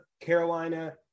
Carolina